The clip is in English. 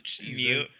Mute